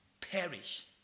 perish